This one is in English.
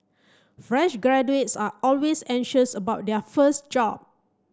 fresh graduates are always anxious about their first job